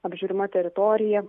apžiūrima teritorija